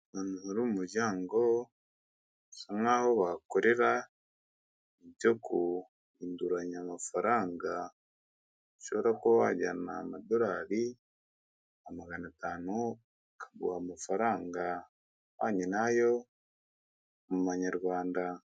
Ahantu hari umuryango usa nk'aho wakorera ibyo guhinduranya amafaranga, ushobora kuba wajyana amadolari nka magana atanu, bakaguha amafaranga ahwanye na yo mu manyarwanda.